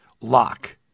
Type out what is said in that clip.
lock